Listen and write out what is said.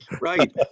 Right